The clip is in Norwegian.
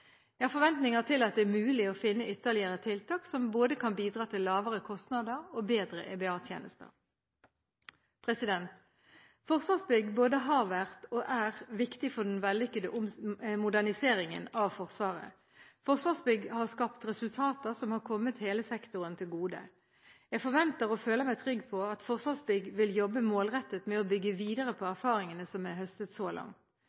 Jeg har forventninger til at det er mulig å finne ytterligere tiltak som kan bidra til både lavere kostnader og bedre EBA-tjenester. Forsvarsbygg både har vært – og er – viktig for den vellykkede moderniseringen av Forsvaret. Forsvarsbygg har skapt resultater som har kommet hele sektoren til gode. Jeg forventer, og føler meg trygg på, at Forsvarsbygg vil jobbe målrettet med å bygge videre på erfaringene som er høstet så langt.